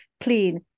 clean